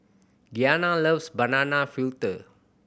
Gianna loves banana fritter